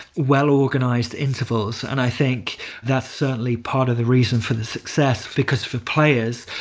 well-organised intervals. and i think that's certainly part of the reason for the success. because for players,